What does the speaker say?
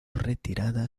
retirada